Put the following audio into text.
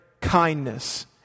kindness